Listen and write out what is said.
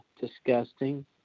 disgusting